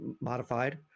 modified